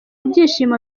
byishimo